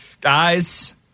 guys